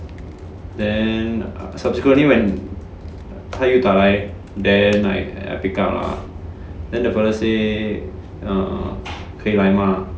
then subsequently when 他又打来 then I I pick up lah then the fellow say err 可以来吗